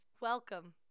Welcome